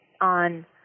on